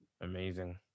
amazing